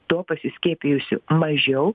tuo pasiskiepijusių mažiau